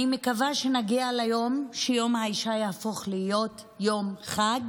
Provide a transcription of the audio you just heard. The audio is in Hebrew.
אני מקווה שנגיע ליום שיום האישה יהפוך להיות יום חג,